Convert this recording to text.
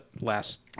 last